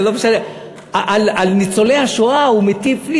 על ניצולי השואה הוא מטיף לי.